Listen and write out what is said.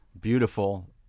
beautiful